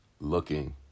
looking